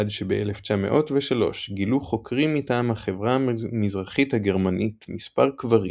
עד שב-1903 גילו חוקרים מטעם החברה המזרחית הגרמנית מספר קברים